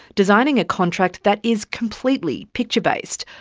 designing a contract that is completely picture based,